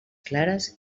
clares